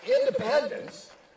independence